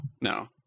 No